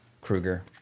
Krueger